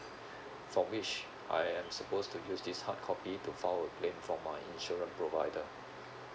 from which I am supposed to use this hardcopy to file a claim from my insurance provider